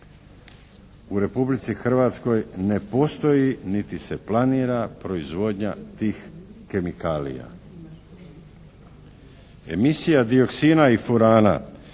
U Republici Hrvatskoj ne postoji niti se planira proizvodnja tih kemikalija. Emisija dioksina i furana